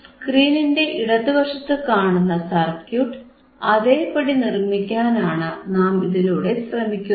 സ്ക്രീനിന്റെ ഇടതുവശത്തു കാണുന്ന സർക്യൂട്ട് അതേപടി നിർമിക്കാനാണ് നാം ഇതിലൂടെ ശ്രമിക്കുന്നത്